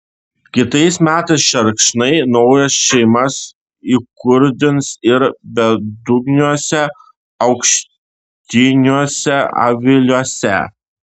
kitais metais šerkšnai naujas šeimas įkurdins ir bedugniuose aukštiniuose aviliuose